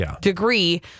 degree